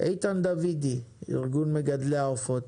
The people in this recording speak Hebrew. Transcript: איתן דוידי, ארגון מגדלי העופות.